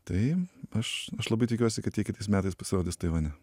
tai aš labai tikiuosi kad jie kitais metais pasirodys taivane